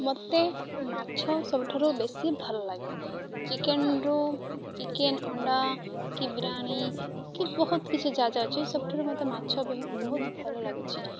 ମୋତେ ମାଛ ସବୁଠାରୁ ବେଶୀ ଭଲ ଲାଗେ ଚିକେନରୁୁ ଚିକେନ ଅଣ୍ଡା କି ବିରିୟାନୀ କି ବହୁତ କିଛି ଯାହା ଅଛି ସବୁଠାରୁ ମୋତେ ମାଛ ବହୁତ ଭଲ ଲାଗୁଛି